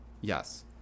yes